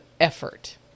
effort